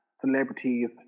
celebrities